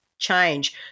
change